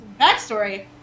Backstory